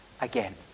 again